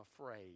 afraid